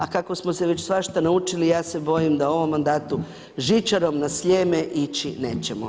A kako smo se već svašta naučili ja se bojim da u ovom mandatu žičarom na Sljeme ići nećemo.